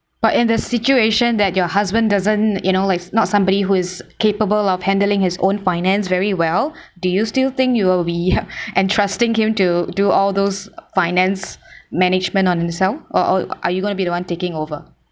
but in the situation that your husband doesn't you know like not somebody who is capable of handling his own finance very well do you still think you will be entrusting him to do all those finance management on himself or or are you gonna be the one taking over